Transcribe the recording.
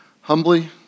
humbly